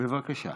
בבקשה.